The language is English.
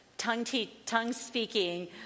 tongue-speaking